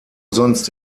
sonst